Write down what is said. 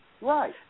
Right